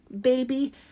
Baby